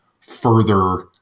further